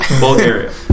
Bulgaria